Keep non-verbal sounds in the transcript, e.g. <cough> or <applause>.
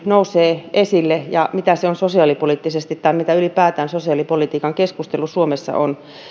<unintelligible> nousee esille tämä indeksijäädytyskysymys ja mitä se on sosiaalipoliittisesti tai mitä ylipäätään sosiaalipolitiikan keskustelu suomessa on